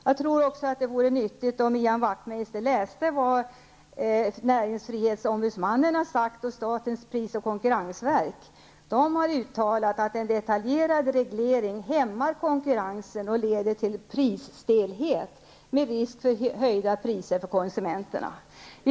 Jag tror också att det vore nyttigt om Ian Wachtmeister läste vad näringsfrihetsombudsmannen och statens pris och konkurrensverk har sagt. De har uttalat att en detaljerad reglering hämmar konkurrensen och leder till prisstelhet, med risk för höjda priser för konsumenterna.